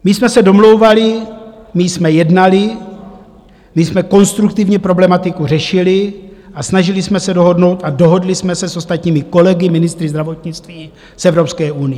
My jsme se domlouvali, my jsme jednali, my jsme konstruktivně problematiku řešili a snažili jsme se dohodnout a dohodli jsme se s ostatními kolegy ministry zdravotnictví z Evropské unie.